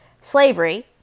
slavery